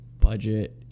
budget